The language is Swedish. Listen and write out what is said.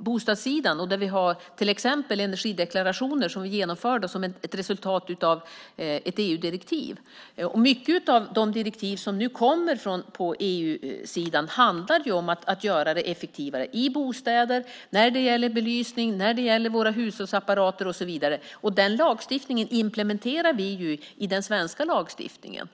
bostadssidan. Där har vi till exempel energideklarationer som är genomförda som ett resultat av ett EU-direktiv. Mycket av de direktiv som nu kommer på EU-sidan handlar om att göra det effektivare i bostäder när det gäller belysning, våra hushållsapparater och så vidare, och den lagstiftningen implementerar vi i den svenska lagstiftningen.